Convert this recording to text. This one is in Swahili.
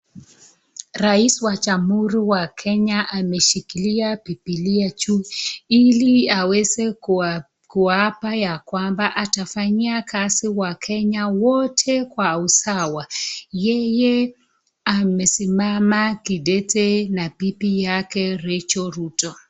Rais wa jamhuri wa Kenya ameshikilia bibilia juu ili aweze kuapa ya kwamba atafanyia kazi wakenya wote kwa usawa ,yeye amesimama kidete na bibi yake Rachael Ruto.